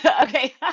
okay